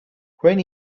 when